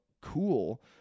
cool